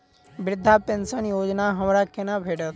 वृद्धा पेंशन योजना हमरा केना भेटत?